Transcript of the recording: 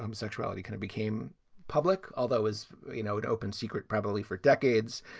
um sexuality kind of became public, although, as you know, it open secret probably for decades.